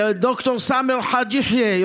לד"ר סאמר חאג' יחיא,